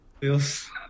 feels